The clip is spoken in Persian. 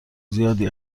زیادی